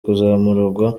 kuzamurwa